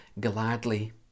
gladly